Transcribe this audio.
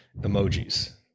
emojis